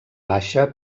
baixa